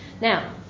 Now